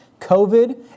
COVID